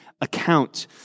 account